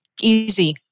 easy